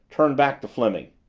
turned back to fleming.